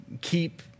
keep